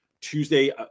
Tuesday